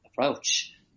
approach